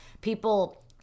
People